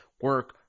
Work